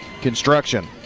Construction